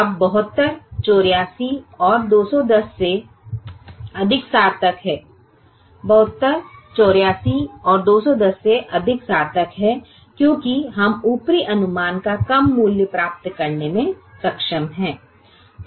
अब 72 84 और 210 से अधिक सार्थक है क्योंकि हम ऊपरी अनुमान का कम मूल्य प्राप्त करने में सक्षम हैं